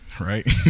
Right